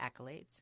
accolades